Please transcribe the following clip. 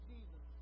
Jesus